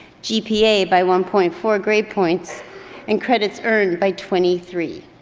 gpa by one point four grade points and credit earned by twenty three.